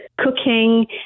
cooking